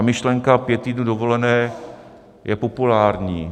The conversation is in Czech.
Myšlenka pěti týdnů dovolené je populární.